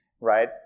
right